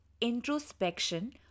introspection